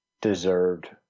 deserved